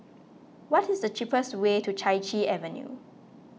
what is the cheapest way to Chai Chee Avenue